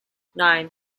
nine